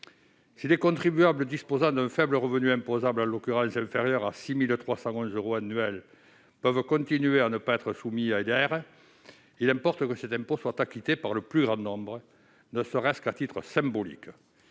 Si les contribuables disposant d'un faible revenu imposable- inférieur à 6 311 euros annuels -peuvent continuer à ne pas être soumis à l'IR, il importe que cet impôt soit acquitté par le plus grand nombre, ne serait-ce qu'à titre symbolique.